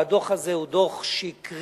והדוח הזה הוא דוח שקרי,